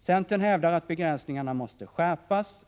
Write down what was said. Centern hävdar att begränsningarna måste skärpas.